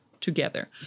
together